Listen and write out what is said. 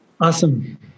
Awesome